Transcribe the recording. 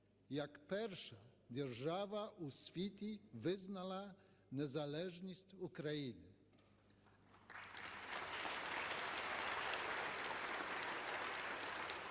як перша держава у світі визнала незалежність України.